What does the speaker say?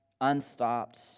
unstopped